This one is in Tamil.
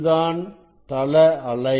இதுதான் ஒரு தள அலை